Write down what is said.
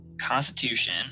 Constitution